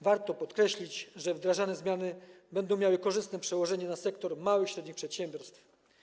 Warto podkreślić, że wdrażane zmiany będą miały korzystne przełożenie na sektor małych i średnich przedsiębiorstw.